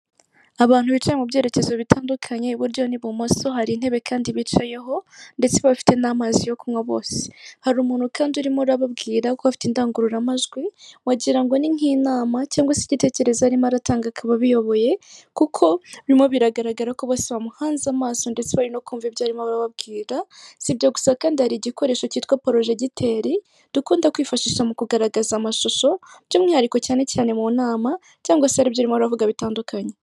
Abantu bicaye mu byerekezo bitandukanye, iburyo n'ibumoso, hari intebe kandi bicayeho ndetse bafite n'amazi yo kunywa bose, hari umuntu kandi urimo urababwira kuko afite indangururamajwi, wagira ngo ni nk'inama cyangwa se igitekerezo arimo aratanga akaba abiyoboye kuko birimo biragaragara ko bose bamuhanze amaso ndetse bari no kumva ibyo arimo arababwira, si ibyo gusa kandi hari igikoresho cyitwa porojegiteri, dukunda kwifashisha mu kugaragaza amashusho, by'umwihariko cyane cyane mu nama cyangwa se hari ibyo arimo aravuga bitandukanye.